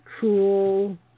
cool